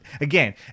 again